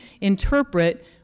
interpret